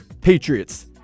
Patriots